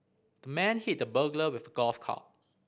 the man hit the burglar with a golf club